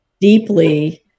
deeply